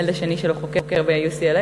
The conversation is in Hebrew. הילד השני שלו חוקר ב-UCLA,